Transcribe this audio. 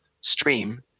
stream